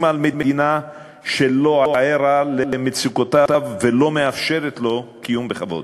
על מדינה שלא ערה למצוקותיו ולא מאפשרת לו קיום בכבוד.